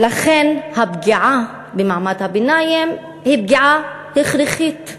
ולכן הפגיעה במעמד הביניים היא פגיעה הכרחית.